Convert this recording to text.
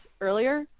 earlier